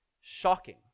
shocking